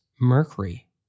mercury